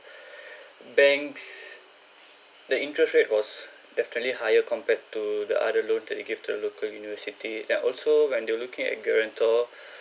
banks the interest rate was definitely higher compared to the other loan that you give to the local university that also when they were looking at guarantor